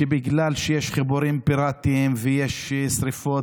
שבגלל שיש חיבורים פיראטיים ויש שרפות,